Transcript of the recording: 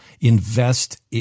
invest